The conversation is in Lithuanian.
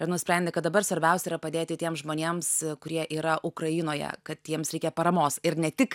ir nusprendė kad dabar svarbiausia yra padėti tiems žmonėms kurie yra ukrainoje kad jiems reikia paramos ir ne tik